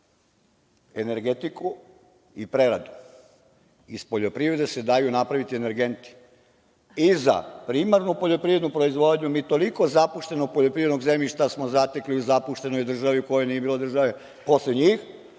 energetiku i preradu. Iz poljoprivrede se daju napraviti energenti i za primarnu poljoprivrednu proizvodnju. Mi toliko zapuštenog poljoprivrednog zemljišta smo zatekli u zapuštenoj državi u kojoj nije bilo države posle njih